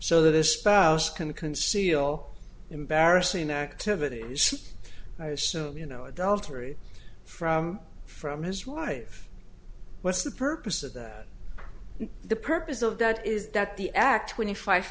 so that a spouse can conceal embarrassing activities i assume you know adultery from from his wife what's the purpose of that the purpose of that is that the act twenty five